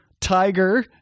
Tiger